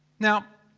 now.